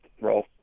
roll